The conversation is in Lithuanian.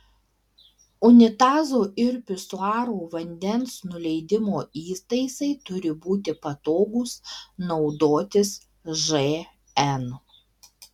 unitazų ir pisuarų vandens nuleidimo įtaisai turi būti patogūs naudotis žn